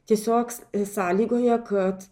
tiesiog sąlygoja kad